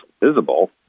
visible